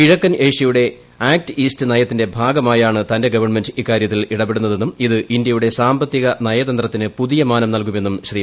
കിഴക്കൻ ഏഷ്യയുടെ act east നയത്തിന്റെ ഭാഗമായാണ് തന്റെ ഗവൺമെന്റ് ഇക്കാര്യത്തിൽ ഇടപെടുന്നതെന്നും ഇത് ഇന്ത്യയുടെ സാമ്പത്തിക നയതന്ത്രത്തിന് പുതിയ മാനം നൽകുമെന്നും ശ്രീ